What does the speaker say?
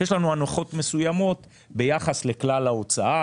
יש לנו הנחות מסוימות ביחס לכלל ההוצאה